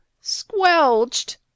Squelched